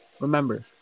remember